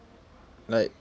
like